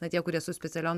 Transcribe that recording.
na tie kurie su specialiom